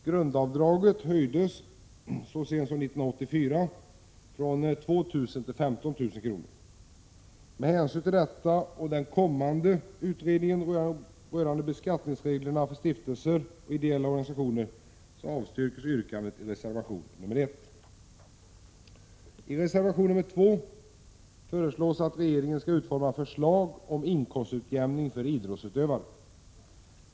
Grundavdraget höjdes så sent som 1984 från 2 000 till 15 000 kr. Med hänsyn till detta och till den kommande utredningen rörande beskattningsreglerna för stiftelser och ideella organisationer avstyrks yrkandet i reservation nr 1. I reservation nr 2 föreslås att regeringen skall utforma ett förslag om inkomstutjämning för idrottsutövare.